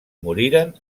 moriren